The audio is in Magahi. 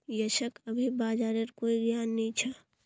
यशक अभी बाजारेर कोई ज्ञान नी छ